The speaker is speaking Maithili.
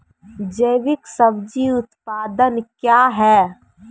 जैविक सब्जी उत्पादन क्या हैं?